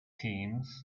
teams